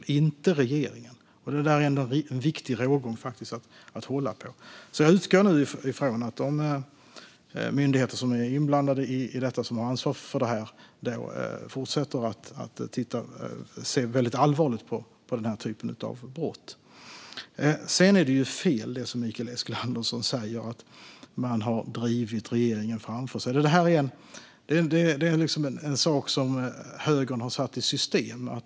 Det är inte regeringen som gör det. Det är en viktig rågång att hålla på. Jag utgår därför nu ifrån att de myndigheter som är inblandade i detta och som har ansvar för det fortsätter att se väldigt allvarligt på den här typen av brott. Det som Mikael Eskilandersson säger om att man har drivit regeringen framför sig är fel. Det där är en sak som högern har satt i system.